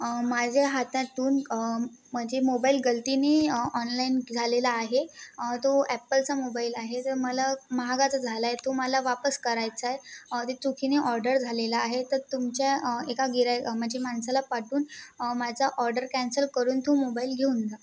माझ्या हातातून म्हणजे मोबाईल गलतीने ऑनलाईन झालेला आहे तो ॲपलचा मोबाईल आहे तर मला महागाचा झाला आहे तो मला वापस करायचा आहे ते चुकीने ऑर्डर झालेला आहे तर तुमच्या एका गिराय म्हणजे माणसाला पाठवून माझा ऑर्डर कॅन्सल करून तू मोबाईल घेऊन जा